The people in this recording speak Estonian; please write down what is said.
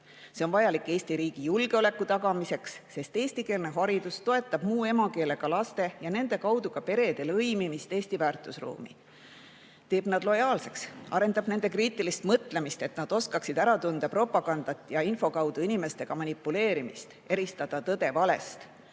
See on vajalik ka Eesti riigi julgeoleku tagamiseks, sest eestikeelne haridus toetab muu emakeelega laste ja nende kaudu ka perede lõimimist Eesti väärtusruumi, teeb nad lojaalseks ning arendab nende kriitilist mõtlemist, et nad oskaksid ära tunda propagandat ja info abil manipuleerimist, eristada tõde valest